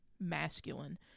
masculine